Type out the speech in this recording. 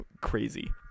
crazy